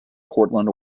portland